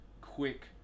quick